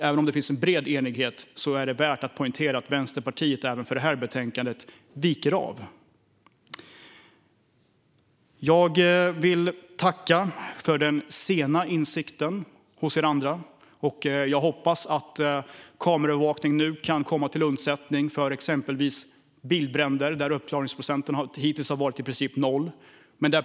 Även om det finns en bred enighet är det värt att poängtera att Vänsterpartiet också i detta betänkande viker av. Jag vill tacka för den sena insikten hos er andra. Jag hoppas att kameraövervakning nu kan komma till undsättning vid exempelvis bilbränder. Där har uppklaringsprocenten hittills i princip varit noll.